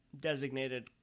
designated